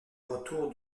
retour